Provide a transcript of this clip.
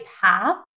path